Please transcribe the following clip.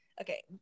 Okay